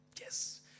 Yes